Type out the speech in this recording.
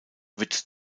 wird